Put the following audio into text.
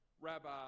Rabbi